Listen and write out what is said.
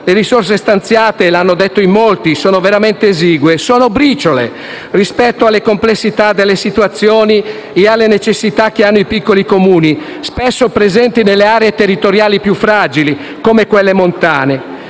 le risorse stanziate - come hanno evidenziato in molti - sono veramente esigue, sono briciole, rispetto alla complessità delle situazioni e alle necessità che hanno i piccoli Comuni, spesso presenti nelle aree territoriali più fragili, come quelle montane,